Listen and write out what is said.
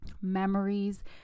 memories